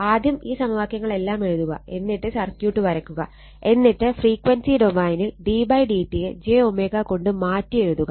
ആദ്യം ഈ സമവാക്യങ്ങളെല്ലാം എഴുതുക എന്നിട്ട് സർക്യൂട്ട് വരക്കുക എന്നിട്ട് ഫ്രീക്വൻസി ഡൊമൈനിൽ d d t യെ j കൊണ്ട് മാറ്റി എഴുതുക